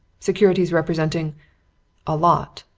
securities representing a lot!